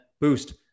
boost